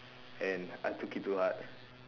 and I took it to heart